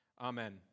Amen